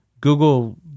Google